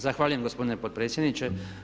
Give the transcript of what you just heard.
Zahvaljujem gospodine potpredsjedniče.